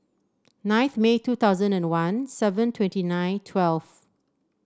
ninth May two thousand and one seven twenty nine twelve